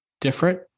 different